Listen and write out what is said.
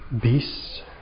beasts